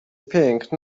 pink